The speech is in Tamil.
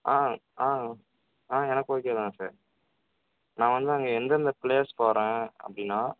ஆ ஆ ஆ எனக்கு ஓகே தான் சார் நான் வந்து அங்கே எந்தெந்த பிளேஸ் போகிறேன் அப்படின்னா